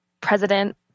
president